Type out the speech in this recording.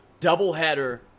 doubleheader